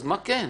אז מה כן?